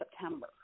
September